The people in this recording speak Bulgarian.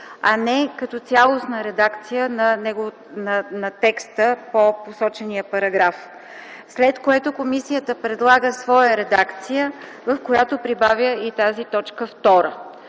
а не като цялостна редакция на текста по посочения параграф. След което комисията предлага своя редакция, в която прибавя и тази т. 2, която